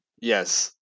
Yes